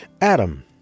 Adam